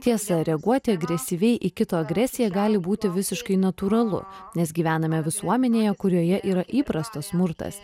tiesa reaguoti agresyviai į kito agresiją gali būti visiškai natūralu nes gyvename visuomenėje kurioje yra įprastas smurtas